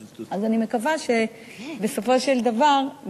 אז אני מקווה שבסופו של דבר,